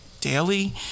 daily